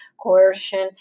coercion